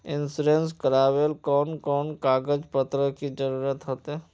Insurance करावेल कोन कोन कागज पत्र की जरूरत होते?